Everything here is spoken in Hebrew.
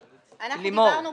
לימור,